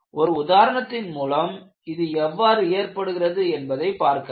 ஒரு உதாரணத்தின் மூலம் இது எவ்வாறு ஏற்படுகிறது என்பதை பார்க்கலாம்